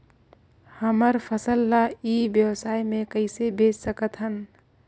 हमर फसल ल ई व्यवसाय मे कइसे बेच सकत हन?